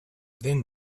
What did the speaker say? then